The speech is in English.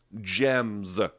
Gems